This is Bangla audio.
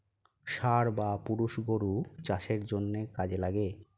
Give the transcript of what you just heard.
ষাঁড় বা পুরুষ গরু চাষের জন্যে কাজে লাগে